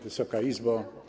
Wysoka Izbo!